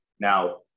Now